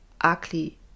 ugly